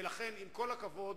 ולכן, עם כל הכבוד